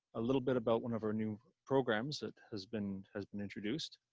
a little bit about one of our new programs that has been has been introduced.